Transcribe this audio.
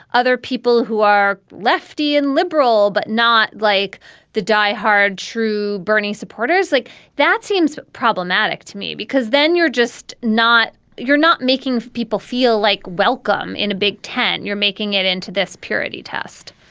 other people who are lefty and liberal, but not like the die hard true bernie supporters like that seems problematic to me because then you're just not you're not making people feel like welcome in a big tent. you're making it into this purity test.